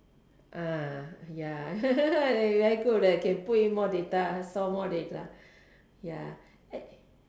uh ya very good leh can put in more data store more data ya